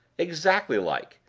exactly like!